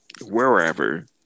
wherever